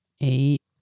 Eight